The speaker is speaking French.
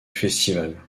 festival